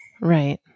Right